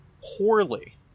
poorly